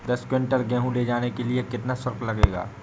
दस कुंटल गेहूँ ले जाने के लिए कितना शुल्क लगेगा?